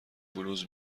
بلوز